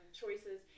choices